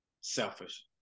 Selfish